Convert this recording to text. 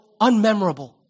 unmemorable